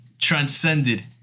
transcended